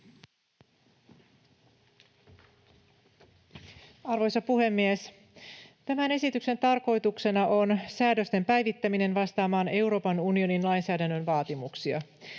Arvoisa puhemies! Tämän esityksen tarkoituksena on säädösten päivittäminen vastaamaan Euroopan unionin lainsäädännön vaatimuksia.